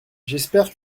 j’espère